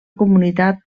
comunitat